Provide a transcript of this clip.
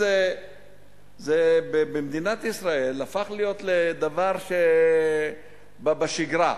במדינת ישראל זה הפך לדבר שבשגרה: